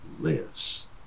lives